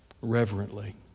Reverently